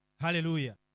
Hallelujah